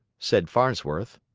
said farnsworth.